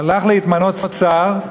הלך להתמנות שר,